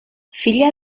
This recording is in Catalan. filla